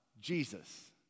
Jesus